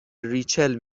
ریچل